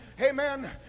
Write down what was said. amen